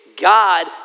God